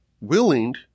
willing